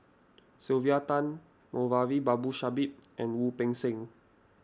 Sylvia Tan Moulavi Babu Sahib and Wu Peng Seng